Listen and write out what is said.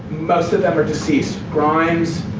most of them are deceased. grimes.